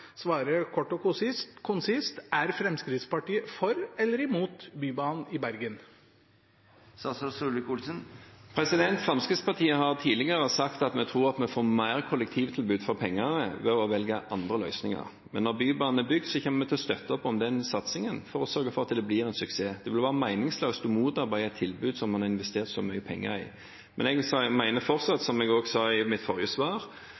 kort og konsist. Er Fremskrittspartiet for eller imot Bybanen i Bergen? Fremskrittspartiet har tidligere sagt at vi tror vi får mer kollektivtilbud for pengene ved å velge andre løsninger. Men når Bybanen er bygd, kommer vi til å støtte opp om den satsingen for å sørge for at det blir en suksess. Det ville være meningsløst å motarbeide et tilbud som en har investert så mye penger i. Men jeg mener fortsatt, som jeg også sa i mitt forrige svar,